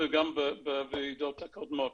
וגם בוועדות הקודמות.